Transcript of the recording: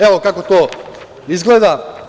Evo, kako to izgleda.